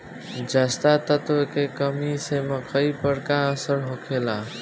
जस्ता तत्व के कमी से मकई पर का असर होखेला?